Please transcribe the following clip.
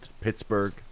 Pittsburgh